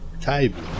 Table